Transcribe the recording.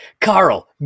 Carl